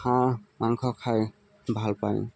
হাঁহ মাংস খাই ভাল পায়